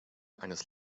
eines